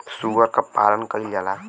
सूअर क पालन कइल जाला